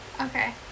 Okay